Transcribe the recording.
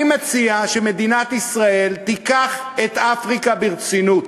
אני מציע שמדינת ישראל תיקח את אפריקה ברצינות.